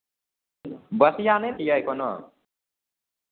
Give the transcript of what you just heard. बसिया नहि ने यए कोनो